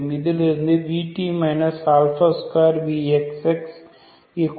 இதிலிருந்து vt 2vxxhx t pt